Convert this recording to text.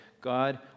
God